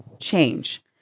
Change